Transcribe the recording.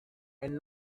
and